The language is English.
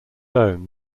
own